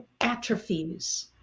atrophies